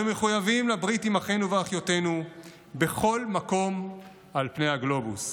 אנחנו מחויבים לברית עם אחינו ואחיותינו בכל מקום על פני הגלובוס,